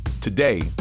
Today